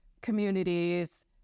communities